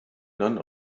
none